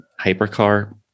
hypercar